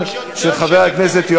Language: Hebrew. נא